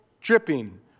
dripping